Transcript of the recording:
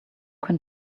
can